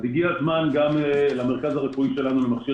הגיע הזמן גם למרכז הרפואי שלנו למכשיר